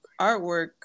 artwork